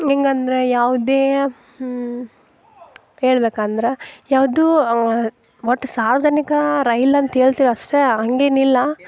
ನಿಂಗೆ ಅಂದರೆ ಯಾವುದೇ ಹೇಳ್ಬೇಕು ಅಂದ್ರೆ ಯಾವುದು ಅವ ಒಟ್ಟು ಸಾರ್ವಜನಿಕ ರೈಲು ಅಂತ ಹೇಳ್ತೀವಿ ಅಷ್ಟೆ ಹಾಗೇನಿಲ್ಲ